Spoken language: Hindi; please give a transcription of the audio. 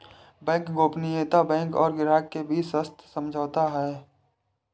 बैंक गोपनीयता बैंक और ग्राहक के बीच सशर्त समझौता है